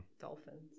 Dolphins